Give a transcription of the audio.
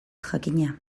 jakina